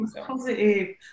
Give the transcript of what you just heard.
positive